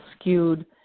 skewed